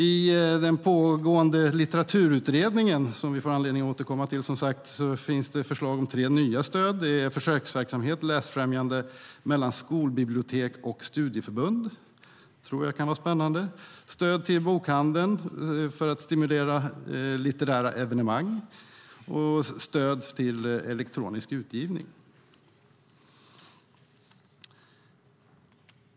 I den pågående Litteraturutredningen, som vi får anledning att återkomma till, finns det förslag om tre nya stöd. Det är försöksverksamhet när det gäller läsfrämjande mellan skolbibliotek och studieförbund - det tror jag kan vara spännande - stöd till bokhandeln för att stimulera litterära evenemang och stöd till elektronisk utgivning.